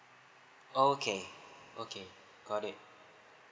okay okay got it